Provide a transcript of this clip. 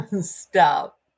Stop